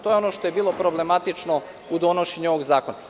To je ono što je bilo problematično u donošenju ovog zakona.